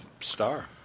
star